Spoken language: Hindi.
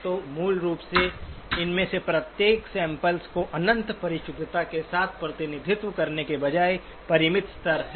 तो मूल रूप से इनमें से प्रत्येक सैम्पल्स को अनंत परिशुद्धता के साथ प्रतिनिधित्व करने के बजाय परिमित स्तर हैं